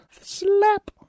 Slap